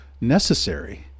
necessary